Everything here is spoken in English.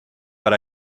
but